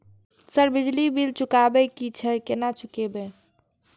Sir बिजली bill चुकाबे की छे केना चुकेबे?